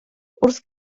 wrth